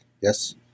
Yes